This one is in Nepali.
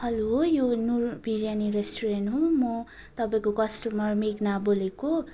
हेलो यो नुर बिरयानी रेस्टुरेन्ट हो म तपाईँको कस्टमर मेघना बोलेको